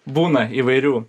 būna įvairių